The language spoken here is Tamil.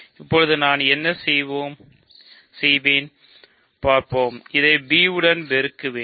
இப்போது நான் என்ன செய்வேன் பார்ப்போம் இதை b உடன் பெருக்குவேன்